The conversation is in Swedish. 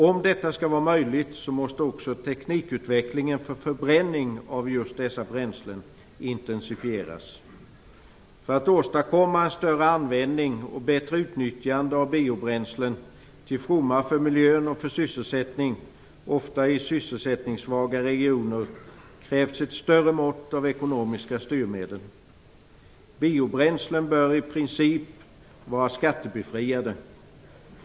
Om detta skall vara möjligt måste också teknikutvecklingen för förbränning av just dessa bränslen intensifieras. För att åstadkomma en större användning och bättre utnyttjande av biobränslen, till fromma för miljön och för sysselsättningen, ofta i sysselsättningssvaga regioner, krävs ett större mått av ekonomiska styrmedel. Biobränslen bör i princip vara skattebefriade.